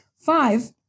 Five